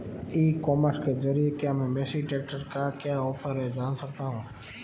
ई commerce के ज़रिए क्या मैं मेसी ट्रैक्टर का क्या ऑफर है जान सकता हूँ?